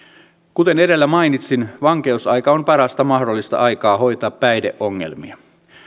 kuten edellä mainitsin vankeusaika on parasta mahdollista aikaa hoitaa päihdeongelmia